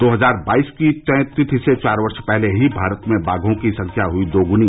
दो हजार बाईस की तय तिथि से चार वर्ष पहले ही भारत में बाघों की संख्या हुई दोगुनी